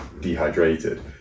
dehydrated